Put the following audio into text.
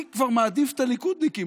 אני כבר מעדיף את הליכודניקים.